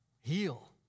heal